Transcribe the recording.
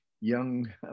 young